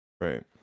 right